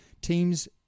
teams